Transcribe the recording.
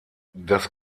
das